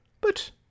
But